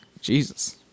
Jesus